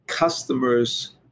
customers